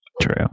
True